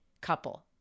couple